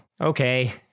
okay